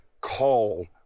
call